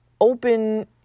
open